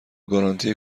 گارانتی